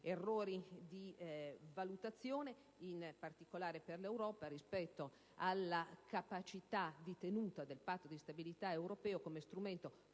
errori di valutazione, in particolare per l'Europa, rispetto alla capacità di tenuta del Patto di stabilità europeo come strumento